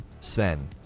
Sven